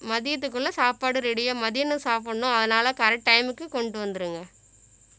மதியத்துக்குள்ளே சாப்பாடு ரெடியாக மத்தியானம் சாப்பிட்ணும் அதனால் கரெக்ட் டைமுக்கு கொண்டு வந்துடுங்க